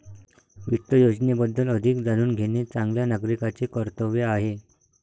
वित्त योजनेबद्दल अधिक जाणून घेणे चांगल्या नागरिकाचे कर्तव्य आहे